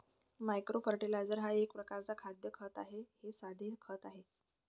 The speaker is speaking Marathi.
मायक्रो फर्टिलायझर हा एक प्रकारचा खाद्य खत आहे हे साधे खते आहेत